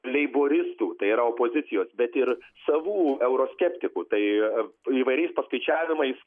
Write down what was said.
leiboristų tai yra opozicijos bet ir savų euroskeptikų tai įvairiais paskaičiavimais